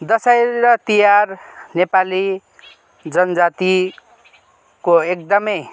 दसैँ र तिहार नेपाली जनजातिको एकदमै